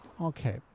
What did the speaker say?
Okay